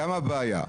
שם הבעיה.